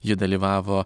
ji dalyvavo